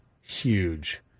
huge